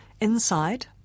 inside